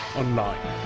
online